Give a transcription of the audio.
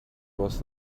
was